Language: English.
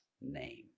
name